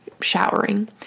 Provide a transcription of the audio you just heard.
showering